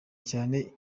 cyane